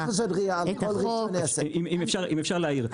אבל לא צריך לעשות RIA על כל --- אם אפשר להעיר: